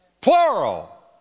plural